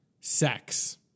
sex